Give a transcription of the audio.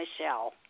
Michelle